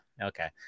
Okay